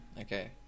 Okay